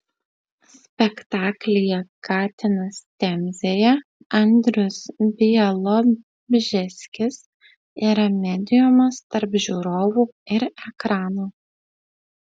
spektaklyje katinas temzėje andrius bialobžeskis yra mediumas tarp žiūrovų ir ekrano